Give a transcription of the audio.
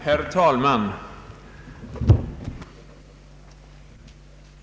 Herr talman!